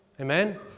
Amen